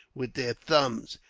with their thumbs.